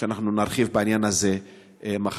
אנחנו נרחיב בעניין הזה מחר,